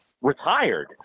retired